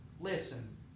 Listen